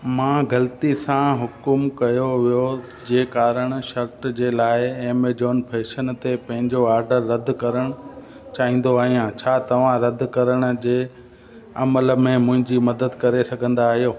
मां ग़लती सां हुक़ुम कयो वियो जे कारण शर्ट जे लाइ एमेज़ॉन फैशन ते पंहिंजो ऑडर रदि करणु चाहींदो आहियां छा तव्हां रदि करण जे अमल में मुंहिंजी मदद करे सघंदा आहियो